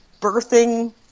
birthing